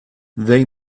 they